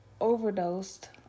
overdosed